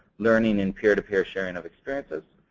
learning, and peer-to-peer sharing of experiences.